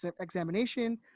examination